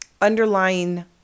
underlying